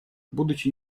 будучи